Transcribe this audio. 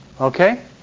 Okay